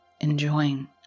enjoying